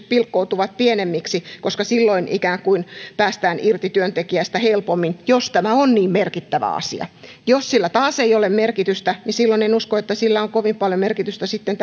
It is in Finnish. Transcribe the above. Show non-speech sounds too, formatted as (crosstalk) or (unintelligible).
(unintelligible) pilkkoutuvat pienemmiksi koska silloin ikään kuin päästään irti työntekijästä helpommin jos tämä on niin merkittävä asia jos sillä taas ei ole merkitystä niin silloin en usko että sillä on kovin paljon merkitystä sitten (unintelligible)